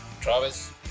Travis